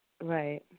Right